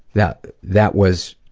that that was